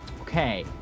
Okay